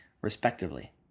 respectively